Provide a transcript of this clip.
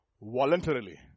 Voluntarily